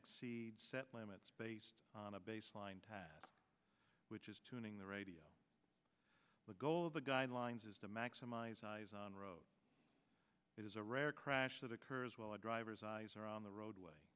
exceeds set limits based on a baseline which is tuning the radio the goal of the guidelines is to maximize eyes on road it is a rare crash that occurs while a driver's eyes are on the roadway